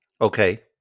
Okay